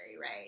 right